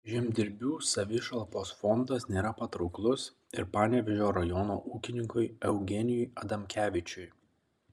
žemdirbių savišalpos fondas nėra patrauklus ir panevėžio rajono ūkininkui eugenijui adamkevičiui